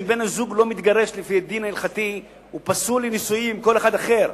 אם בן-הזוג לא מתגרש לפי הדין ההלכתי הוא פסול לנישואים עם כל אחד אחר,